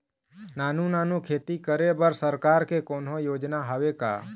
नानू नानू खेती करे बर सरकार के कोन्हो योजना हावे का?